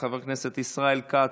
חבר הכנסת ישראל כץ,